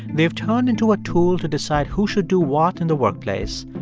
they've turned into a tool to decide who should do what in the workplace,